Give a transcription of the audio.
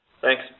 Thanks